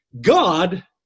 God